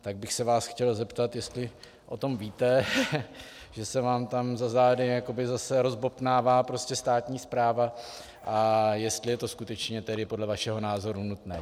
Tak bych se vás chtěl zeptat, jestli o tom víte, že se vám tam za zády jakoby zase rozbobtnává prostě státní správa, a jestli je to skutečně tedy podle vašeho názoru nutné.